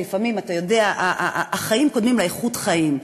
כי לפעמים, אתה יודע, החיים קודמים לאיכות החיים.